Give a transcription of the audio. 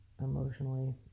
emotionally